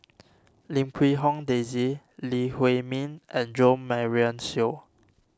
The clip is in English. Lim Quee Hong Daisy Lee Huei Min and Jo Marion Seow